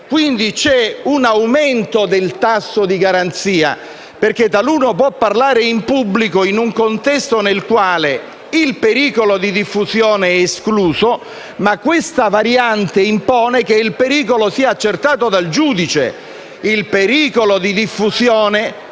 Quindi, vi è un aumento del tasso di garanzia, perché taluno può parlare in pubblico in un contesto nel quale il pericolo di diffusione è escluso, ma tale variante impone che il pericolo sia accertato dal giudice.